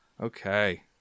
Okay